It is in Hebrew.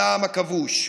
על העם הכבוש.